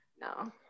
No